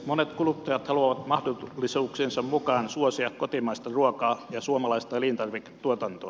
monet kuluttajat haluavat mahdollisuuksiensa mukaan suosia kotimaista ruokaa ja suomalaista elintarviketuotantoa